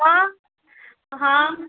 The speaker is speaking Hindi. हाँ हाँ